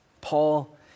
Paul